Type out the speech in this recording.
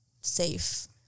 safe